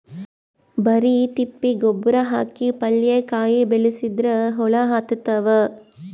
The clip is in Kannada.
ಬರಿ ತಿಪ್ಪಿ ಗೊಬ್ಬರ ಹಾಕಿ ಪಲ್ಯಾಕಾಯಿ ಬೆಳಸಿದ್ರ ಹುಳ ಹತ್ತತಾವ?